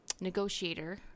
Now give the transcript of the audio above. negotiator